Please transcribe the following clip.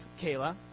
Kayla